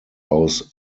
aus